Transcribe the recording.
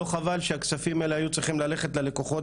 לא חבל שהכספים האלה היו צריכים ללכת ללקוחות